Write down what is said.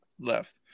left